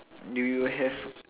do you have